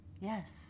Yes